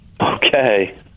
Okay